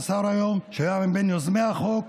שהוא היום שר והיה מבין יוזמי החוק,